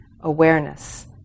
awareness